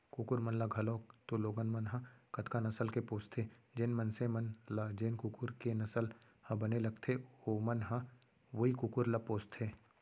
कुकुर मन ल घलौक तो लोगन मन ह कतका नसल के पोसथें, जेन मनसे मन ल जेन कुकुर के नसल ह बने लगथे ओमन ह वोई कुकुर ल पोसथें